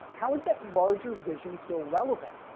how is that larger vision still relevant.